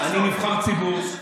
לא, אני נבחר ציבור.